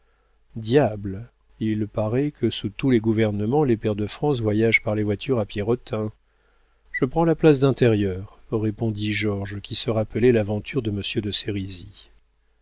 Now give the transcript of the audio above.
diable il paraît que sous tous les gouvernements les pairs de france voyagent par les voitures à pierrotin je prends la place d'intérieur répondit georges qui se rappelait l'aventure de